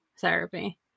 therapy